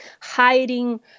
hiding